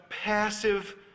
passive